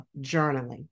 journaling